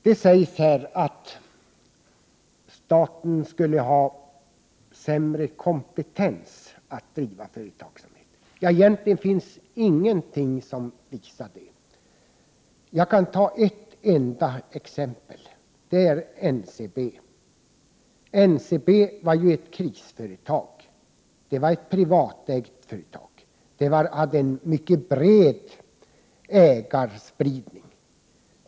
Det har sagts här att staten skulle ha sämre kompetens att driva företag. Egentligen finns det ingenting som visar detta. Jag kan ta ett enda exempel. Nocb var ett krisföretag. Det var ett privatägt företag, och det hade en mycket bred ägarspridning.